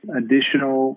additional